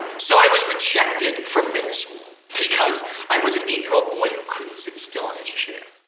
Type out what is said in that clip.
so i was rejected from middle school because i was an eight-year-old boy who couldn't sit still in his chair.